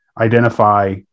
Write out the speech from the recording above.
identify